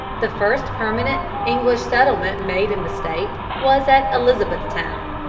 the first permanent english settlement made in the state was at elizabethtown,